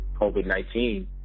COVID-19